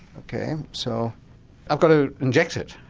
ok. so i've got to inject it,